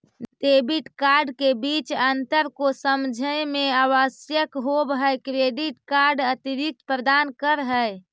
Debit card के बीच अंतर को समझे मे आवश्यक होव है क्रेडिट कार्ड अतिरिक्त प्रदान कर है?